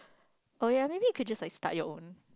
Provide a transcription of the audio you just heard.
oh ya maybe you could just like start your own